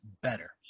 better